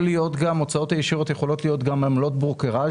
ההוצאות הישירות יכולות להיות גם עמלות ברוקראז',